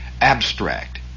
abstract